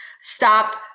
Stop